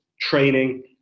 training